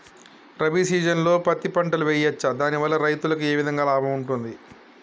రబీ సీజన్లో పత్తి పంటలు వేయచ్చా దాని వల్ల రైతులకు ఏ విధంగా లాభం ఉంటది?